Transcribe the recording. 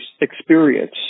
experience